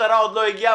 משטרה עוד לא הגיע,